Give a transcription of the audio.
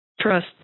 trust